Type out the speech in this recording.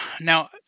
Now